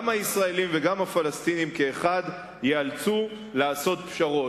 גם הישראלים וגם הפלסטינים ייאלצו לעשות פשרות.